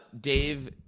Dave